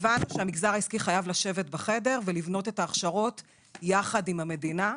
הבנו שהמגזר העסקי חייב לשבת בחדר ולבנות את ההכשרות יחד עם המדינה.